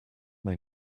may